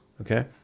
Okay